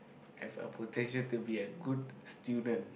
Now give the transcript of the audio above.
as a potential to be a good student